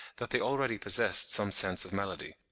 that they already possessed some sense of melody.